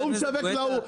ההוא משווק להוא.